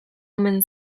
omen